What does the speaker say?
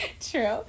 True